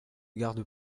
garde